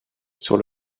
sur